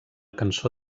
cançó